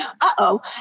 uh-oh